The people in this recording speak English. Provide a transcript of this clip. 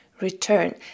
return